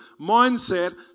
mindset